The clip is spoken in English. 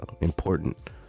important